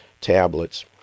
tablets